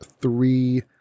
three